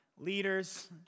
Leaders